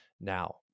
Now